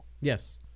Yes